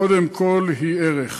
קודם כול היא ערך.